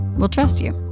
we'll trust you